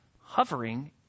Hovering